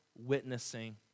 witnessing